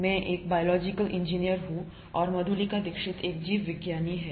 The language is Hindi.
मैं एक जैविक इंजीनियर हूँ मधुलिका दीक्षित एक जीवविज्ञानी हैं